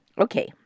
Okay